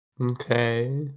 Okay